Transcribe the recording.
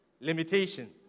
limitation